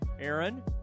Aaron